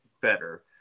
better